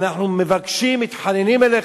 אנחנו מבקשים, מתחננים אליך,